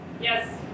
Yes